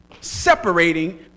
separating